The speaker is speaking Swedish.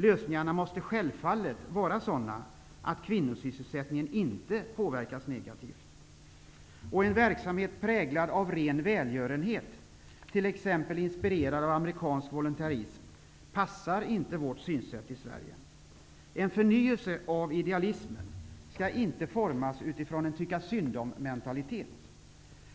Lösningarna måste självfallet vara sådana, att kvinnosysselsättningen inte påverkas negativt. En verksamhet präglad av ren välgörenhet, inspirerad av t.ex. amerikansk voluntarism, passar inte vårt synsätt i Sverige. En förnyelse av idealismen skall inte formas utifrån en tycka-syndom-mentalitet, utan